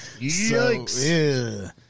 Yikes